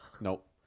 Nope